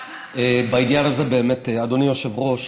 אדוני היושב-ראש,